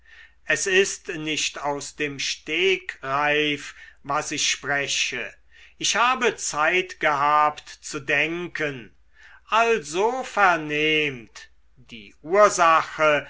es ist nicht aus dem stegreif was ich spreche ich habe zeit gehabt zu denken also vernehmt die ursache